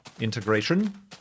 integration